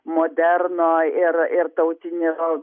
moderno ir ir tautinio